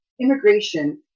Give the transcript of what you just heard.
immigration